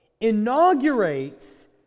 inaugurates